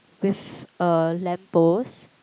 with a lamppost